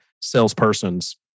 salesperson's